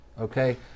okay